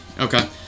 Okay